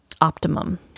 optimum